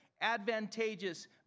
advantageous